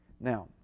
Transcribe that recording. Now